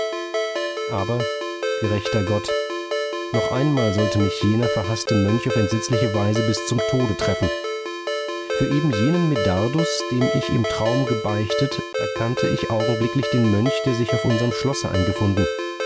aber gerechter gott noch einmal sollte mich jener verhaßte mönch auf entsetzliche weise bis zum tode treffen für eben jenen medardus dem ich im traum gebeichtet erkannte ich augenblicklich den mönch der sich auf unserm schlosse eingefunden